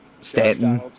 Stanton